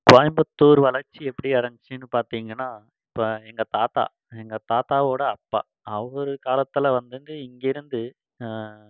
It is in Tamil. கோயம்புத்தூர் வளர்ச்சி எப்படி அடைஞ்ச்சினு பார்த்தீங்கன்னா இப்போ எங்கள் தாத்தா எங்கள் தாத்தாவோடய அப்பா அவரு காலத்தில் வந்துட்டு இங்கேயிருந்து